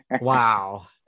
Wow